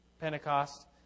Pentecost